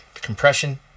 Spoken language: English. Compression